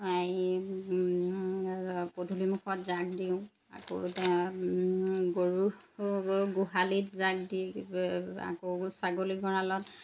এই পদুলিমুখত জাগ দিওঁ আকৌ গৰুৰ গো গোহালিত জাগ দি আকৌ ছাগলী গড়ালত